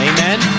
Amen